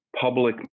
public